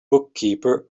bookkeeper